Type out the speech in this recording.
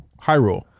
hyrule